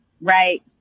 right